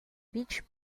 beach